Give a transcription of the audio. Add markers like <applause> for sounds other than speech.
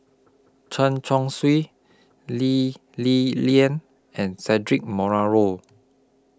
Chen Chong Swee Lee Li Lian and Cedric <unintelligible>